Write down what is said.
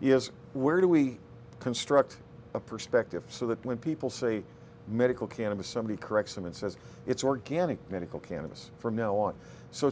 is where do we construct a perspective so that when people say medical cannabis somebody corrects them and says it's organic medical cannabis from now on so